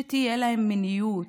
שתהיה להם מיניות,